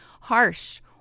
harsh